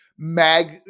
mag